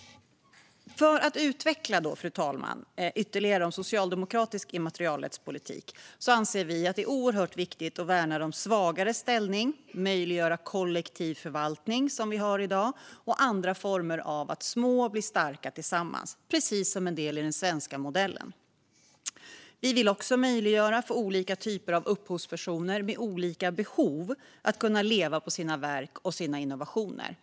För att utveckla ytterligare om socialdemokratisk immaterialrättspolitik anser vi att det är oerhört viktigt att värna de svagares ställning, möjliggöra kollektiv förvaltning som vi har i dag och andra former av att små blir starka tillsammans - precis som en del i den svenska modellen. Vi vill också möjliggöra för olika typer av upphovspersoner med olika behov att kunna leva på sina verk och innovationer.